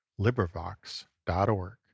LibriVox.org